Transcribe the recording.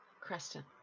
Creston